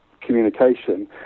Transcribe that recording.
communication